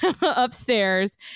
upstairs